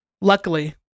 Luckily